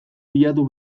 bilatu